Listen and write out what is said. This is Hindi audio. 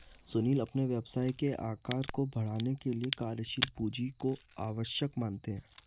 सुनील अपने व्यवसाय के आकार को बढ़ाने के लिए कार्यशील पूंजी को आवश्यक मानते हैं